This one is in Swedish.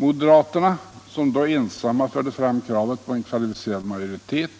Moderaterna, som då ensamma förde fram kravet på en kvalificerad majoritet